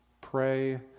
Pray